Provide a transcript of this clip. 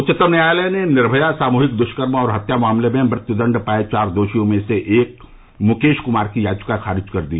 उच्चतम न्यायालय ने निर्मया सामूहिक दुष्कर्म और हत्या मामले में मृत्युदंड पाए चार दोषियों में से एक मुकेश कुमार की याचिका खारिज कर दी